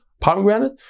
pomegranate